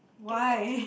why